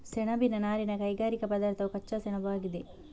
ಸೆಣಬಿನ ನಾರಿನ ಕೈಗಾರಿಕಾ ಪದಾರ್ಥವು ಕಚ್ಚಾ ಸೆಣಬುಆಗಿದೆ